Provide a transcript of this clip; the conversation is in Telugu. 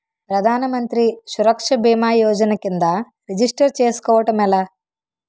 ప్రధాన మంత్రి సురక్ష భీమా యోజన కిందా రిజిస్టర్ చేసుకోవటం ఎలా?